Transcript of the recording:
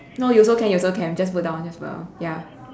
no you also can you also can just put down just put down ya